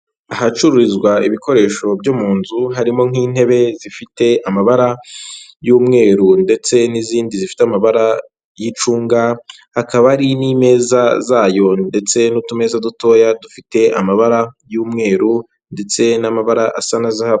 Ahacururizwa ibikoresho byo mu nzu, harimo nk'intebe zifite amabara y'umweru ndetse n'izindi zifite amabara y'icunga, hakaba hari n'imeza zayo ndetse n'utumeza dutoya, dufite amabara y'umweru, ndetse n'amabara asa na zahabu.